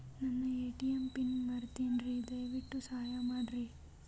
ನನ್ನ ATM PIN ಮರೆತೇನ್ರೀ, ದಯವಿಟ್ಟು ಸಹಾಯ ಮಾಡ್ರಿ